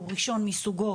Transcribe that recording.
הוא ראשון מסוגו,